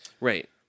Right